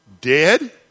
dead